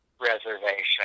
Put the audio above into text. Reservation